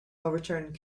overturned